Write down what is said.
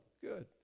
Good